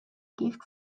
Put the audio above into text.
gift